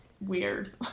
weird